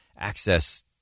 Access